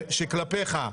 שכלפיך,